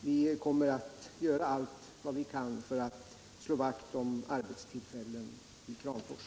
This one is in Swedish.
Vi kommer att göra allt vad vi kan för att slå vakt om arbetstillfällen i Kramfors.